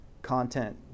content